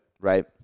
right